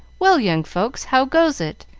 well, young folks, how goes it?